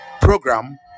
program